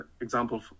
example